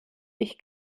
ich